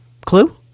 Clue